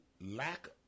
lack